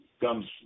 comes